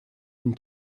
been